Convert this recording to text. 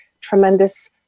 tremendous